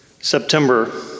September